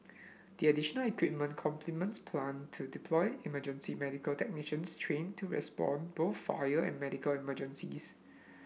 the additional equipment complements plan to deploy emergency medical technicians trained to respond both fire and medical emergencies